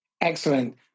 Excellent